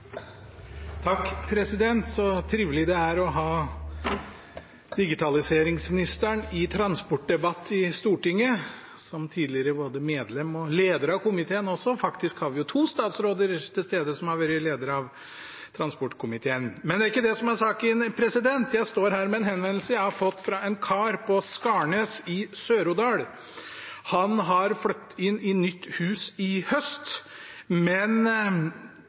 å ha digitaliseringsministeren i en transportdebatt i Stortinget – som tidligere både medlem og leder av komiteen! Faktisk har vi jo to statsråder til stede som har vært leder av transportkomiteen. Men det er ikke det som er saken. Jeg står her med en henvendelse jeg har fått fra en kar på Skarnes i Sør-Odal. Han har flyttet inn i nytt hus i høst, men